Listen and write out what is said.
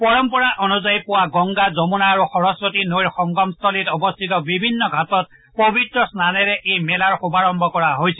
পৰম্পৰা অনুযায়ী পুৱা গংগা যমুনা আৰু সৰস্বতী নৈৰ সংগমস্থলীত অৱস্থিত বিভিন্ন ঘাটত পবিত্ৰ স্নানৰে এই মেলা শুভাৰম্ভ কৰা হৈছে